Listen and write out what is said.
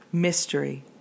Mystery